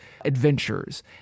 adventures